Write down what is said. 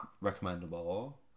recommendable